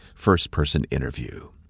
firstpersoninterview